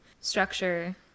structure